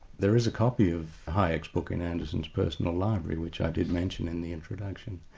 there is a copy of hayek's book in anderson's personal library, which i did mention in the introduction.